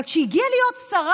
אבל כשהיא הגיעה להיות שרה,